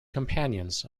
companions